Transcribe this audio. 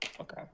Okay